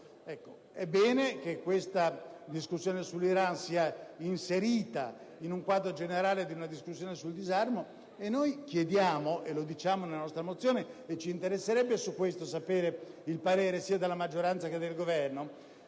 è bene che questa discussione sull'Iran sia inserita nel quadro generale di una discussione sul disarmo, e noi chiediamo - lo diciamo nella nostra mozione e ci interesserebbe conoscere in merito il parere della maggioranza e del Governo